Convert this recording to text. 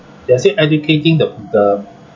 they're still educating the the